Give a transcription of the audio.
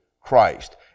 Christ